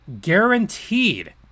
Guaranteed